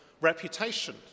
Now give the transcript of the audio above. reputation